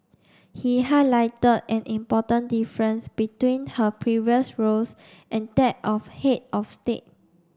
he highlighted an important difference between her previous roles and that of head of state